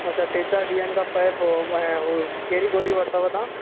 अछा टे चार ॾींहनि खां पए पियो ऐं हे हू कहिड़ी गोरी वरितव तव्हां